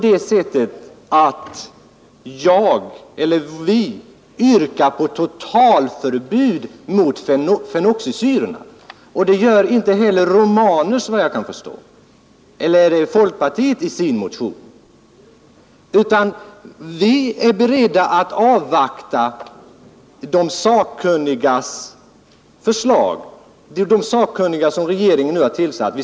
Det är inte så att vi yrkar på totalförbud mot fenoxisyrorna, och det gör inte heller herr Romanus eller folkpartiet i sin motion, såvitt jag förstår. Vi är beredda att avvakta förslag från de sakkunniga som regeringen har tillsatt.